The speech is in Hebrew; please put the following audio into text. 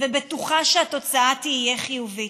ואני בטוחה שהתוצאה תהיה חיובית.